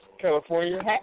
California